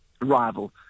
rival